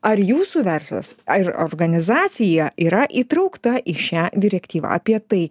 ar jūsų verslas ar organizacija yra įtraukta į šią direktyvą apie tai